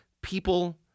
people